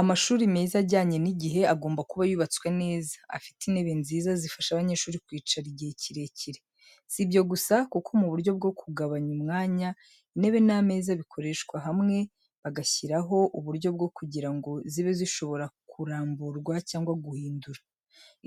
Amashuri meza ajyanye n’igihe, agomba kuba yubatswe neza, afite intebe nziza zifasha abanyeshuri kwicara igihe kirekire. Sibyo gusa, kuko mu buryo bwo kugabanya umwanya, intebe n’ameza bikorerwa hamwe bagashyiraho uburyo bwo kugira ngo zibe zishobora kuramburwa cyangwa guhindura.